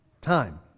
time